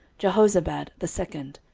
jehozabad the second,